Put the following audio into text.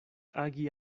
agi